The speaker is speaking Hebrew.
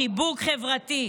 חיבוק חברתי.